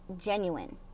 genuine